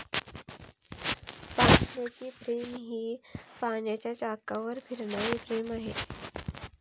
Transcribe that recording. पाण्याची फ्रेम ही पाण्याच्या चाकावर फिरणारी फ्रेम आहे